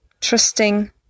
trusting